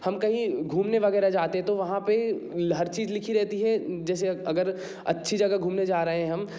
हम कहीं घूमने वगैरह जाते तो वहाँ पे हर चीज़ लिखी रहती है जैसे अगर अच्छी जगह घूमने जा रहे हैं हम